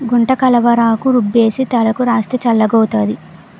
గుంటకలవరాకు రుబ్బేసి తలకు రాస్తే చల్లగౌతాది